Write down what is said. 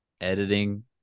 editing